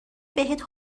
بهت